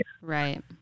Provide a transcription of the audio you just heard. Right